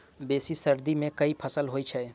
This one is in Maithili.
बेसी सर्दी मे केँ फसल होइ छै?